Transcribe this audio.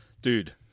Dude